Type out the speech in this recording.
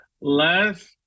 last